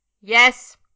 yes